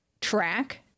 track